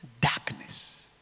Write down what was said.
darkness